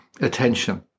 attention